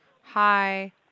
Hi